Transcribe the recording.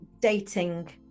dating